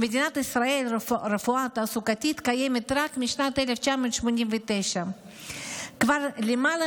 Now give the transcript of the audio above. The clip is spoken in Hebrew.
במדינת ישראל רפואה תעסוקתית קיימת רק משנת 1989. כבר למעלה